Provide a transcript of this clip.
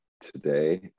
today